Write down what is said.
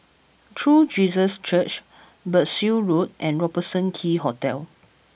True Jesus Church Berkshire Road and Robertson Quay Hotel